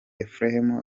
ephrem